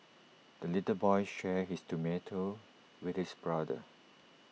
the little boy shared his tomato with his brother